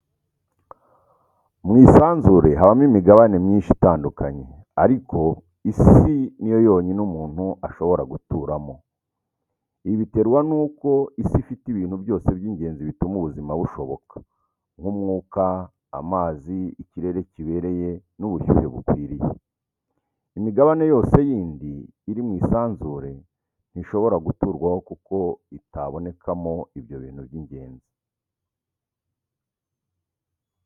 Mu isanzure habamo imigabane myinshi itandukanye, ariko Isi ni yo yonyine umuntu ashobora guturamo. Ibi biterwa n’uko Isi ifite ibintu byose by’ingenzi bituma ubuzima bushoboka, nk’umwuka, amazi, ikirere kibereye, n’ubushyuhe bukwiriye. Imigabane yose yindi iri mu isanzure ntishobora guturwaho kuko itabonekamo ibyo bintu by’ingenzi.